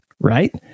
Right